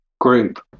group